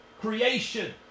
creation